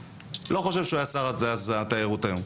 אני לא חושב שהוא היה שר התיירות היום.